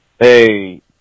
Hey